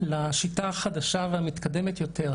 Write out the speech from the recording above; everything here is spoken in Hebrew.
אני רוצה לדעת מה עם שינוי שיטת הניתוח לשיטה החדשה והמתקדמת יותר,